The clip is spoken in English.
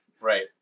Right